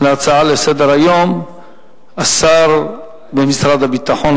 ההצעות לסדר-היום השר במשרד הביטחון,